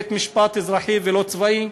בית-משפט אזרחי ולא צבאי.